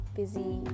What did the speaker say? busy